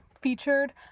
featured